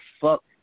fuck